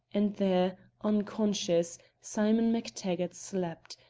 and there, unconscious, simon mactaggart slept,